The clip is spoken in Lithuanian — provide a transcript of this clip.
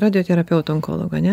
radioterapeutų onkologų ane